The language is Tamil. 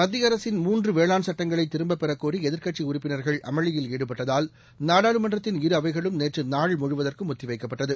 மத்தியஅரசின் மூன்றுவேளான் சட்டங்களைதிரும்பப்பெறகோரிஎதிர்க்கட்சிஉறுப்பினர்கள் அமளியில் ஈடுபட்டதால் நாடாளுமன்றத்தின் இரு அவைகளும் நேற்றுநாள் முழுவதற்கும் ஒத்திவைக்கப்பட்டது